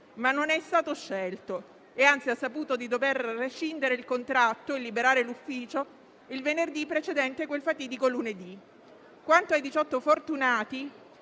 ma non è stato scelto e anzi ha saputo di dover rescindere il contratto e liberare l'ufficio il venerdì precedente a quel fatidico lunedì. Quanto ai 18 fortunati,